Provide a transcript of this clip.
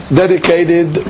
dedicated